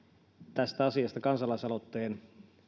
tästä asiasta kansalaisaloitteen